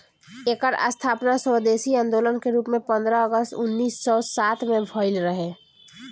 एकर स्थापना स्वदेशी आन्दोलन के रूप में पन्द्रह अगस्त उन्नीस सौ सात में भइल रहे